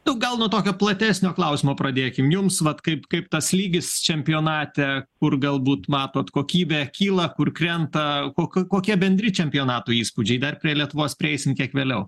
nu gal nuo tokio platesnio klausimo pradėkim jums vat kaip kaip tas lygis čempionate kur galbūt matot kokybė kyla kur krenta koki kokie bendri čempionato įspūdžiai dar prie lietuvos prieisim kiek vėliau